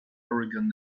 oregon